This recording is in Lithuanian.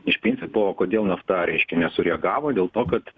iš principo o kodėl nafta reiškia nesureagavo dėl to kad